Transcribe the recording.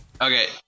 Okay